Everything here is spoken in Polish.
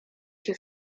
się